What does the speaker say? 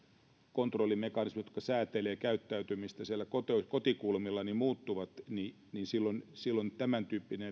kontrollimekanismit jotka säätelevät käyttäytymistä siellä kotikulmilla muuttuvat niin silloin silloin tämäntyyppinen